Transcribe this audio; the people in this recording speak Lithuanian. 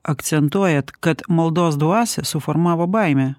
akcentuojat kad maldos dvasią suformavo baimė